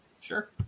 Sure